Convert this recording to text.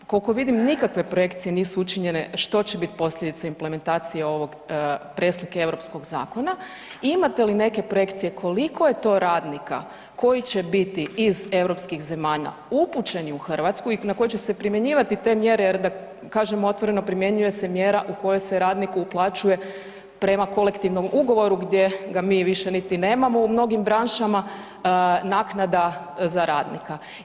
Koliko vidim, nikakve projekcije nisu učinjene što će bit posljedica implementacije ovog, preslike europskog zakona i imate li neke projekcije, koliko je to radnika koji će biti iz europskih zemalja upućenih u Hrvatsku i na koje će se primjenjivati te mjere jer da kažem otvoreno primjenjuje se mjera u kojoj se radniku uplaćuje prema kolektivnom ugovoru gdje ga mi više niti nemamo u mnogim branšama naknada za radnika?